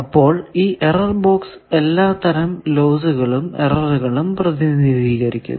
അപ്പോൾ ഈ error box എല്ലാ തരം ലോസുകളും എററുകളും പ്രതിനിതീകരിക്കുന്നു